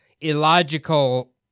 illogical